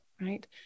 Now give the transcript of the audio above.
Right